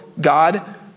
God